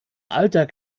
alter